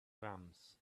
drums